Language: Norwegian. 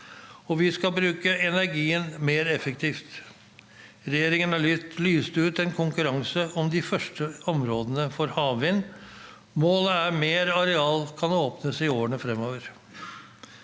og vi skal bruke energien mer effektivt. Regjeringen har lyst ut en konkurranse om de første områdene for havvind. Målet er at mer areal kan åpnes i årene fremover.